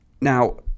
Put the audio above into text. Now